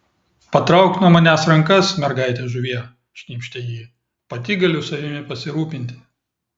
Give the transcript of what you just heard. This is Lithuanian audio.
patrauk nuo manęs rankas mergaite žuvie sušnypštė ji pati galiu savimi pasirūpinti